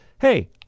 hey